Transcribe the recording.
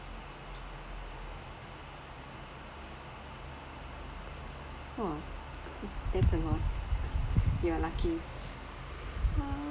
!wah! that's a lot you are lucky uh